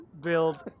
build